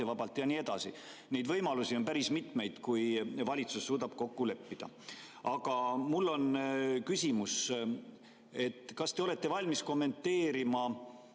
bürokraatiavabalt jne. Võimalusi on päris mitmeid, kui valitsus suudab kokku leppida. Aga mul on küsimus. Kas te olete valmis kommenteerima